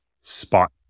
spot